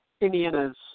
Indiana's